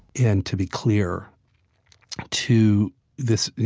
and to be clear to this, you